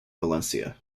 valencia